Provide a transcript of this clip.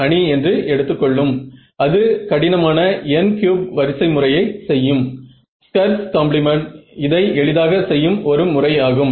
நான் என்ன சொல்ல வருகிறேன் என்றால் MoM இன் தேர்வு மிகப்பெரிய வித்தியாசத்தை உண்டு பண்ணுகிறது